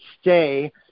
stay